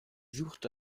suchte